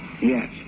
Yes